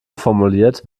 formuliert